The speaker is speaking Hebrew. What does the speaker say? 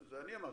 זה אני אמרתי,